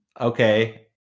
okay